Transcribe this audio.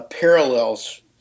parallels